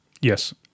Yes